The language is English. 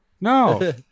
No